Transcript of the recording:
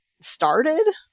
started